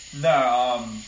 No